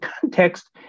context